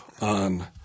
on